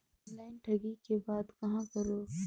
Online ठगी के बाद कहां करों?